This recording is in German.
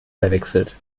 verwechselt